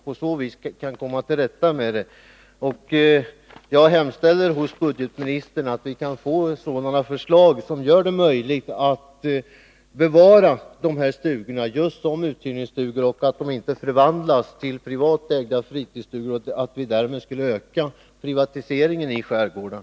På så vis kan man komma till rätta med detta. Jag hemställer till budgetministern att lägga fram förslag som gör det möjligt att bevara dessa stugor som uthyrningsstugor, så att de inte förvandlas till privatägda fritidshus, varmed vi skulle öka privatiseringen av skärgården.